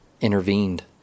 intervened